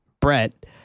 Brett